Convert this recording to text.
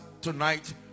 tonight